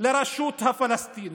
לרשות הפלסטינית.